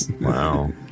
wow